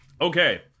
Okay